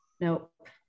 Nope